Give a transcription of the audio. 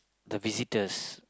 the visitors